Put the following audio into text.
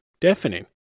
deafening